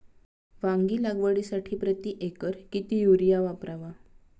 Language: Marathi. वांगी लागवडीसाठी प्रति एकर किती युरिया वापरावा?